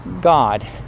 God